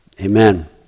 Amen